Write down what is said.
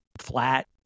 flat